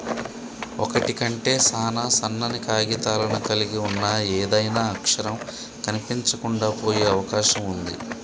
ఒకటి కంటే సాన సన్నని కాగితాలను కలిగి ఉన్న ఏదైనా అక్షరం కనిపించకుండా పోయే అవకాశం ఉంది